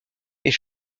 est